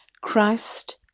Christ